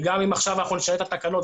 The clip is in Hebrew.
וגם אם עכשיו נשנה את התקנות,